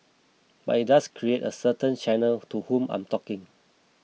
but it does create a certain channel to whom I'm talking